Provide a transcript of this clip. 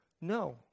no